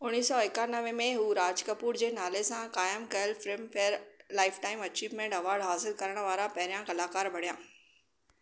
उणिवीह सौ एकानवे में हू राज कपूर जे नाले सां क़ाइमु कयल फिल्मफेयर लाइफटाइम अचीवमेंट अवार्ड हासिलु करण वारा पहिरियां कलाकार बणिया